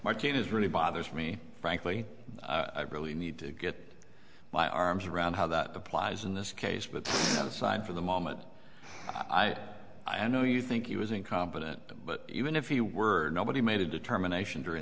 kid is really bothers me frankly i really need to get my arms around how that applies in this case but inside for the moment i i know you think he was incompetent but even if you were nobody made a determination during